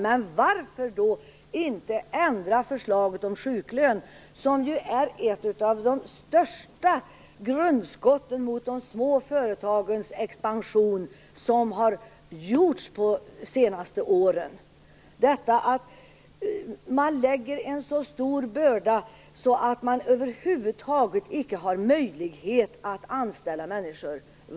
Men varför då inte ändra förslaget om sjuklön, som ju är ett av de största grundskotten mot de små företagens expansion under de senaste åren? En så stor börda läggs ju på småföretagen att man där över huvud taget icke har möjlighet att anställa människor.